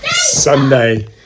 Sunday